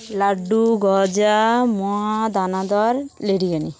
লাড্ডু গজা মোয়া দানাদার লেডিকেনি